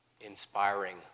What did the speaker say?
inspiring